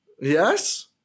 Yes